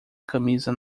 camisa